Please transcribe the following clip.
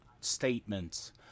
statements